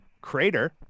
crater